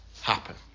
happen